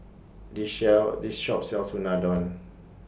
This share This Shop sells Unadon